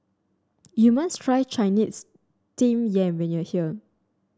you must try Chinese Steamed Yam when you are here